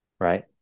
Right